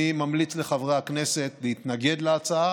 אני ממליץ לחברי הכנסת להתנגד להצעה,